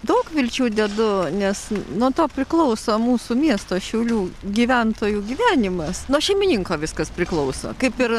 daug vilčių dedu nes nuo to priklauso mūsų miesto šiaulių gyventojų gyvenimas nuo šeimininko viskas priklauso kaip ir